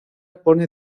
pone